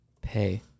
Pay